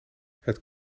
het